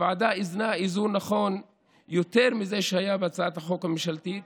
הוועדה איזנה איזון נכון יותר מזה שהיה בהצעת החוק הממשלתית